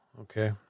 Okay